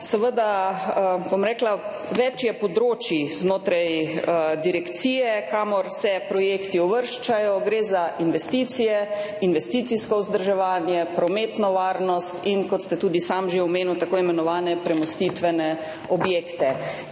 da je seveda več področij znotraj direkcije, kamor se projekti uvrščajo. Gre za investicije, investicijsko vzdrževanje, prometno varnost in, kot ste tudi sami že omenili, tako imenovane premostitvene objekte.